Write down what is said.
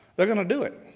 they're going to do it,